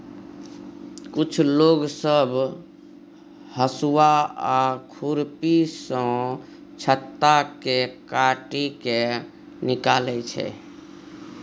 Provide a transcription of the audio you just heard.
कुछ लोग सब हसुआ आ खुरपी सँ छत्ता केँ काटि केँ निकालै छै